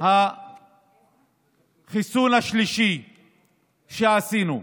החיסון השלישי שעשינו,